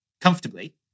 comfortably